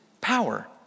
power